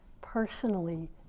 personally